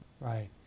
Right